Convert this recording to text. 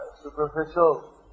superficial